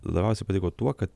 labiausiai patiko tuo kad